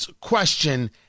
question